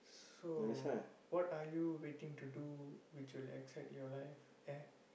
so what are you waiting to do which will excite your life at